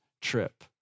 trip